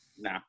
No